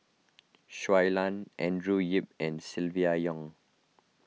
Shui Lan Andrew Yip and Silvia Yong